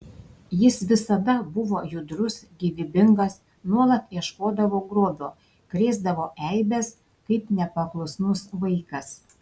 jis visada buvo judrus gyvybingas nuolat ieškodavo grobio krėsdavo eibes kaip nepaklusnus vaikas